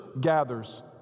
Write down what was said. gathers